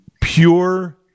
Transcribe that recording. pure